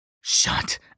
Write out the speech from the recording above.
Shut